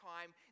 time